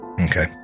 okay